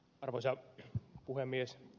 arvoisa puhemies